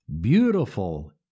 beautiful